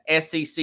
SEC